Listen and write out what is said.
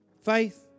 Faith